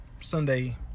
Sunday